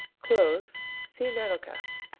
cloves see nagelkase.